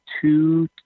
two